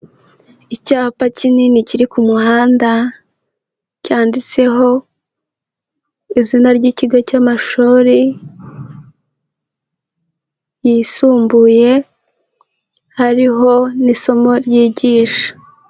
Icyapa kinini kiri ku muhanda, cyanditseho izina ry'ikigo cy'amashuri yisumbuye, hariho n'isomo ryigisha.